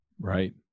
Right